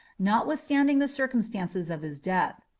notwithstanding the circumstances of his death.